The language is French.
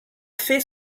fait